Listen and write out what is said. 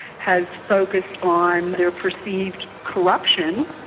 has focused on their perceived corruption,